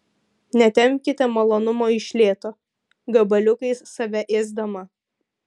netempkite malonumo iš lėto gabaliukais save ėsdama